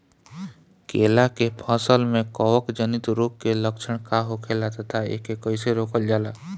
केला के फसल में कवक जनित रोग के लक्षण का होखेला तथा एके कइसे रोकल जाला?